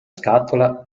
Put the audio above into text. scatola